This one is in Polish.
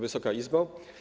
Wysoka Izbo!